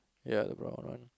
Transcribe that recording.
ya no problem